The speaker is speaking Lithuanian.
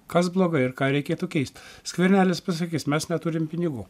kas blogai ir ką reikėtų keist skvernelis pasakys mes neturim pinigų